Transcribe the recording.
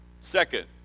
Second